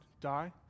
die